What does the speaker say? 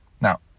Now